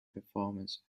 performance